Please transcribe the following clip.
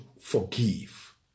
forgive